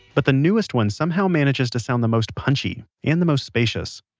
but the newest one somehow manages to sound the most punchy, and the most spacious.